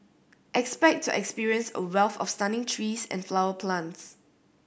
expect to experience a wealth of stunning trees and flowers plants